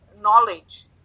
knowledge